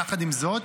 יחד עם זאת,